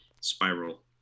Spiral